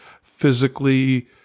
physically